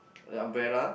a umbrella